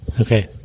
Okay